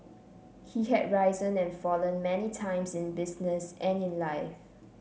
he had risen and fallen many times in business and in life